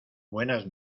buenas